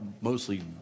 mostly